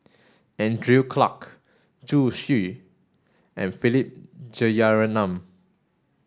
Andrew Clarke Zhu Xu and Philip Jeyaretnam